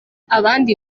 abandi